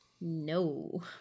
No